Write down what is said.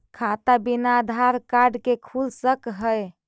खाता बिना आधार कार्ड के खुल सक है?